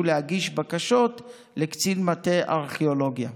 להגיש בקשות לקצין מטה ארכיאולוגיה.